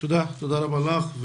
תודה רבה לך.